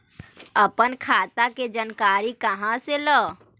अपन खाता के बारे मे जानकारी कहा से ल?